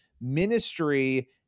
ministry